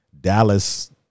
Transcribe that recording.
Dallas